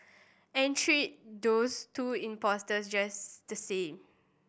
and treat those two impostors just the same